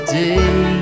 day